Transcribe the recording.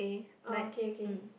oh okay okay